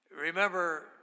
remember